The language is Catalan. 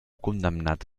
condemnat